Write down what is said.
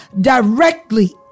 directly